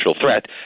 threat